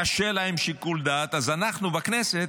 קשה לה עם שיקול דעת, אז אנחנו בכנסת,